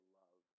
love